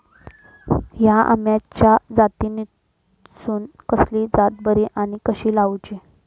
हया आम्याच्या जातीनिसून कसली जात बरी आनी कशी लाऊची?